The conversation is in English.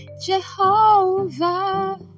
Jehovah